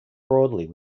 broadly